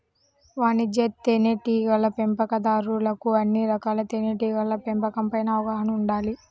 వాణిజ్య తేనెటీగల పెంపకందారులకు అన్ని రకాలుగా తేనెటీగల పెంపకం పైన అవగాహన ఉండాలి